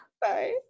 Bye